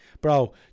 bro